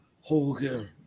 Hogan